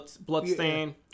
Bloodstain